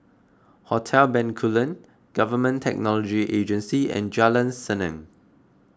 Hotel Bencoolen Government Technology Agency and Jalan Senang